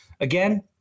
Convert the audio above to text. Again